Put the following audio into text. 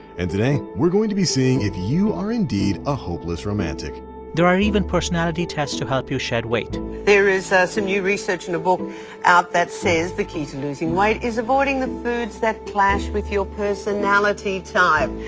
and today we're going to be seeing if you are, indeed, a hopeless romantic there are even personality tests to help you shed weight there is some new research in a book out that says the key to losing weight is avoiding the foods that clash with your personality type.